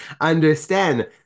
understand